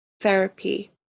therapy